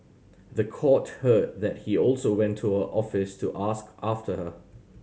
the court heard that he also went to her office to ask after her